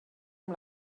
amb